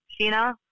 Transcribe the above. Sheena